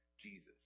Jesus